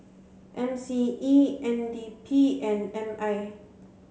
M C E N D P and M I